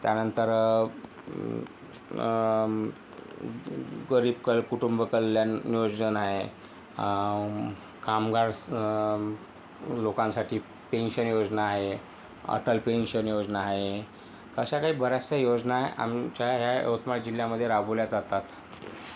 त्यानंतर गरीब क कुटुंब कल्याण नियोजन आहे कामगार स लोकांसाठी पेन्शन योजना आहे अटल पेन्शन योजना आहे अशा काही बऱ्याचशा योजना आमच्या ह्या यवतमाळ जिल्ह्यामध्ये राबवल्या जातात